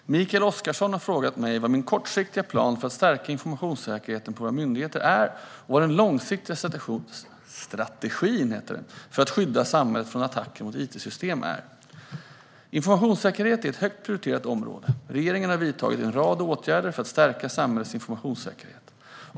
Herr talman! Mikael Oscarsson har frågat mig vad min kortsiktiga plan för att stärka informationssäkerheten på våra myndigheter är och vad den långsiktiga strategin för att skydda samhället från attacker mot it-system är. Informationssäkerhet är ett högt prioriterat område. Regeringen har vidtagit en rad åtgärder för att stärka samhällets informationssäkerhet.